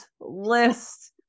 list